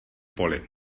poli